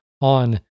on